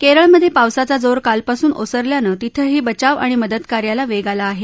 केरळमधे पावसाचा जोर कालपासून ओसरल्यानं तिथंही बचाव आणि मदत कार्याला वेग आला आहे